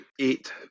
eight